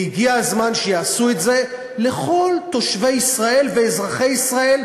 והגיע הזמן שיעשו את זה לכל תושבי ישראל ואזרחי ישראל,